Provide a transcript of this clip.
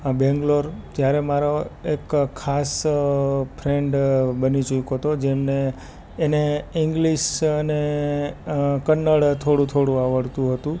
બેંગલોર ત્યારે મારો એક ખાસ ફ્રેન્ડ બની ચૂક્યો તો જેને એને ઇંગ્લિશને કન્નડ થોડું થોડું આવડતું હતું